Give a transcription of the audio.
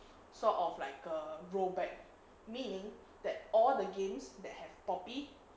sort of like a rollback meaning that all the games that have poppy